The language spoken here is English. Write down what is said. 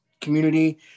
community